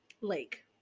lake